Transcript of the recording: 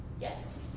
Yes